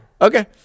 Okay